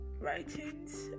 writings